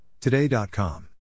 Today.com